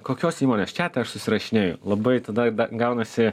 kokios įmonės čiate aš susirašinėju labai tada gaunasi